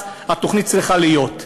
אבל אז התוכנית צריכה להיות: